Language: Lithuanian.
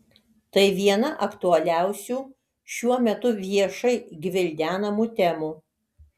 tai viena aktualiausių šiuo metu viešai gvildenamų temų